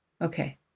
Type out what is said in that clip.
Okay